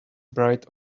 bright